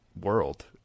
world